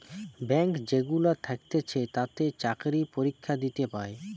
bank যেগুলা থাকতিছে তাতে চাকরি পরীক্ষা দিয়ে পায়